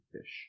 fish